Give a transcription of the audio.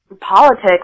politics